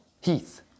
Heath